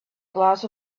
glass